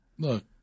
Look